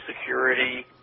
security